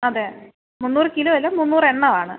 അതെ മുന്നൂറ് കിലോ അല്ല മുന്നൂറ് എണ്ണം ആണ്